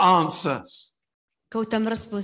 answers